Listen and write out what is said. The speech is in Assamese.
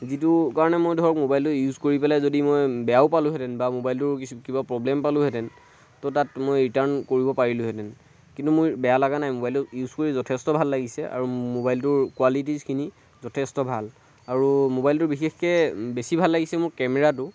যিটো কাৰণে মই ধৰক ম'বাইলটো ইউজ কৰি পেলাই যদি মই বেয়াও পালোহেঁতেন বা ম'বাইলটোৰ কিছু প্ৰব্লেম পালোহেঁতেন তো তাত মই ৰিটাৰ্ণ কৰিব পাৰিলোহেঁতেন কিন্তু মোৰ বেয়া লগা নাই ম'বাইলটো ইউজ কৰি যথেষ্ট ভাল লাগিছে আৰু ম'বাইলটোৰ কোৱালিটিজখিনি যথেষ্ট ভাল আৰু ম'বাইলটোৰ বিশেষকৈ বেছি ভাল লাগিছে মোৰ কেমেৰাটো